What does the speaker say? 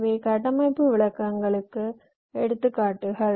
இவை கட்டமைப்பு விளக்கங்களுக்கு எடுத்துக்காட்டுகள்